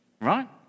Right